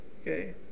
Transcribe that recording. Okay